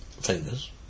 fingers